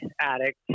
addict